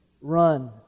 Run